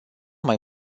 mai